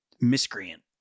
miscreant